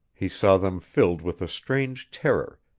he saw them filled with a strange terror,